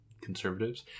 conservatives